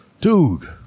dude